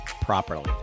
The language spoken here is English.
properly